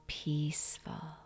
peaceful